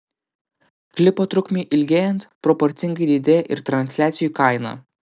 klipo trukmei ilgėjant proporcingai didėja ir transliacijų kaina